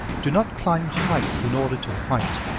do not climb heights in order to fight.